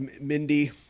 Mindy